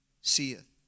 seeth